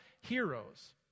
heroes